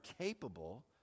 capable